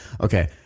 Okay